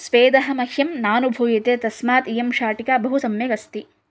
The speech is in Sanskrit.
स्वेदः मह्यं नानुभूयते तस्मात् इयं शाटिका बहुसम्यगस्ति